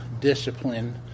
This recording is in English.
discipline